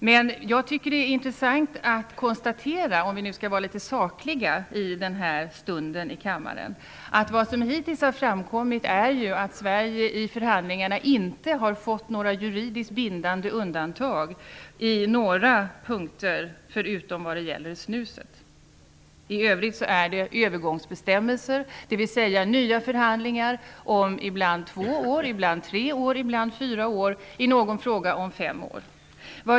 Men för att i denna stund i kammaren vara litet saklig är det intressant att konstatera att det som hittills framkommit är att Sverige i förhandlingarna inte fått några juridiskt bindande undantag på några punkter, utom när det gäller snuset. I övrigt handlar det om övergångsbestämmelser med nya förhandlingar om två, tre eller fyra år och i någon fråga om fem år.